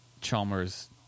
chalmers